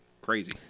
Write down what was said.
Crazy